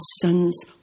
sons